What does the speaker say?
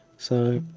so